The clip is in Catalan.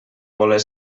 voler